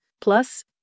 plus